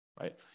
right